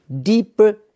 deeper